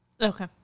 Okay